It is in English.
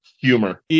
humor